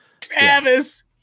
Travis